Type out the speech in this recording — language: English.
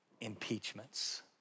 impeachments